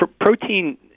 protein